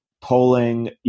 polling